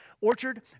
Orchard